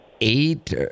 eight